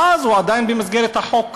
ואז הוא עדיין במסגרת החוק.